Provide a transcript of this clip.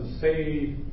say